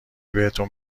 بهتون